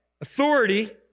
Authority